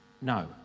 No